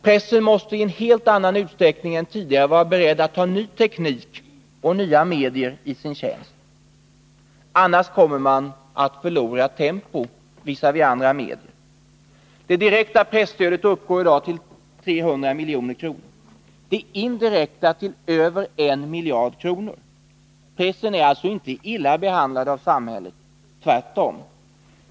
Pressen måste i en helt annan utveckling än tidigare vara beredd att ta ny teknik och nya medier i sin tjänst; annars kommer man att förlora tempo visavi andra medier. Det direkta presstödet uppgår i dag till 300 milj.kr., det indirekta till över 1 miljard. Pressen är alltså inte illa behandlad av samhället — tvärtom.